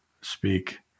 speak